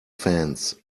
fans